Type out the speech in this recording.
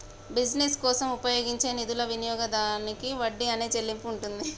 business కోసం ఉపయోగించే నిధుల వినియోగానికి వడ్డీ అనే చెల్లింపు ఉంటుంది